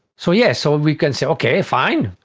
so yes, so we can say, okay fine,